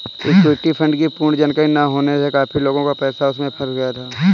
equity fund की पूर्ण जानकारी ना होने से काफी लोगों का पैसा उसमें फंस गया था